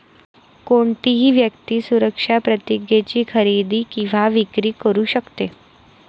कोणतीही व्यक्ती सुरक्षा प्रतिज्ञेची खरेदी किंवा विक्री करू शकते